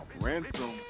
Ransom